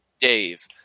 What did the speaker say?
Dave